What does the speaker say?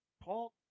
Paul